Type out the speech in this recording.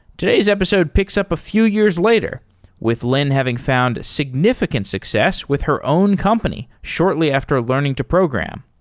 today's episode picks up a few years later with lynne having found significant success with her own company shortly after learning to program.